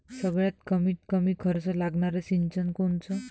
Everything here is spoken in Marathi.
सगळ्यात कमीत कमी खर्च लागनारं सिंचन कोनचं?